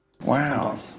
Wow